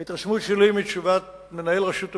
ההתרשמות שלי מתשובת מנהל רשות המים,